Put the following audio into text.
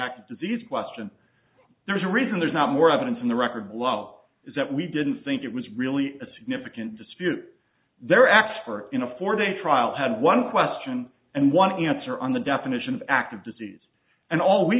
act disease question there's a reason there's not more evidence in the record blowout is that we didn't think it was really a significant dispute their expert in a four day trial had one question and one answer on the definition of active disease and